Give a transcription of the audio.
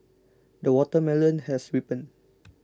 the watermelon has ripened